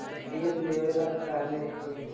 फिर लेवेला कहले हियै?